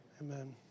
amen